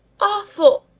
awful!